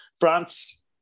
France